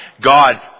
God